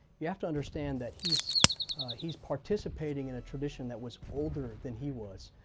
you have to understand that he's he's participating in a tradition that was older than he was,